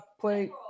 Play